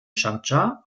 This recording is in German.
schardscha